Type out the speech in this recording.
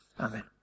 Amen